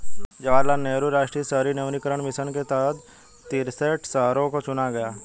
जवाहर लाल नेहरू राष्ट्रीय शहरी नवीकरण मिशन के तहत तिरेसठ शहरों को चुना गया था